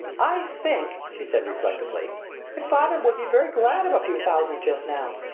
i think, she said reflectively, that father would be very glad of a few thousands just now.